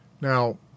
Now